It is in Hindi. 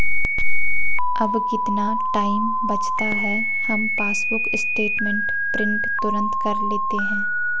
अब कितना टाइम बचता है, हम पासबुक स्टेटमेंट प्रिंट तुरंत कर लेते हैं